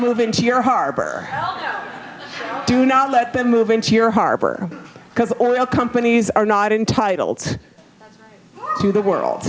move into your harbor do not let them move into your harbor because oil companies are not entitled to the world